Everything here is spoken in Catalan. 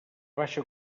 baixa